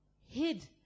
hid